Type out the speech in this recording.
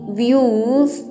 views